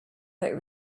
but